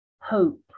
hope